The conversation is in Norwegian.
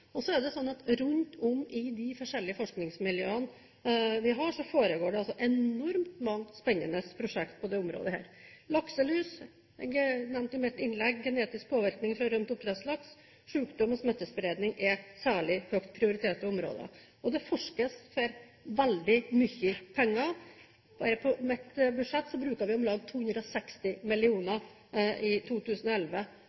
de forskjellige forskningsmiljøene vi har, foregår det enormt mange spennende prosjekt på dette området. Lakselus, som jeg nevnte i mitt innlegg, genetisk påvirkning fra rømt oppdrettslaks og sykdom og smittespredning er særlig høyt prioriterte områder. Det forskes for veldig mye penger. Bare på mitt budsjett bruker vi om lag 260